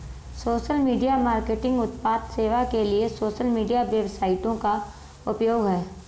social media marketing उत्पाद सेवा के लिए सोशल मीडिया वेबसाइटों का उपयोग है